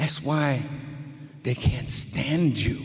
that's why they can't stand you